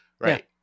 right